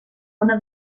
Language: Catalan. una